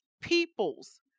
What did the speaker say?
people's